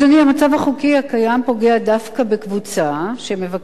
המצב החוקי הקיים פוגע דווקא בקבוצה שמבקשת